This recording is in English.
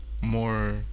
more